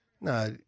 No